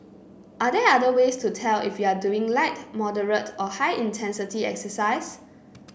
are there other ways to tell if you are doing light moderate or high intensity exercise